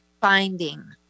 finding